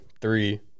three